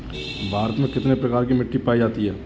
भारत में कितने प्रकार की मिट्टी पाई जाती है?